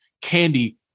candy